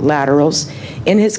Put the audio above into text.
laterals in his